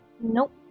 Nope